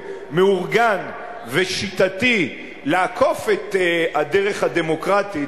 מאורגן ושיטתי לעקוף את הדרך הדמוקרטית,